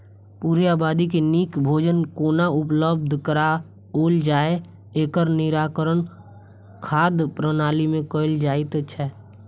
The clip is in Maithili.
पूरे आबादी के नीक भोजन कोना उपलब्ध कराओल जाय, एकर निराकरण खाद्य प्रणाली मे कयल जाइत छै